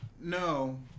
No